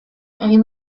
egin